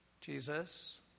Jesus